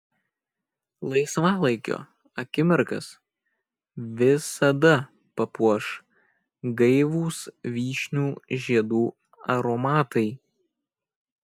laisvalaikio akimirkas visada papuoš gaivūs vyšnių žiedų aromatai